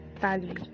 value